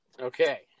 Okay